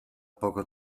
poco